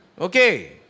Okay